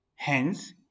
Hence